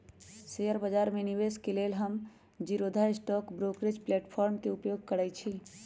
share बजार में निवेश के लेल हम जीरोधा स्टॉक ब्रोकरेज प्लेटफार्म के प्रयोग करइछि